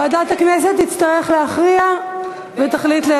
ועדת הכנסת תצטרך להכריע ולהחליט בין